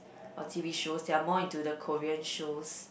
or T_V shows they're more into the Korean shows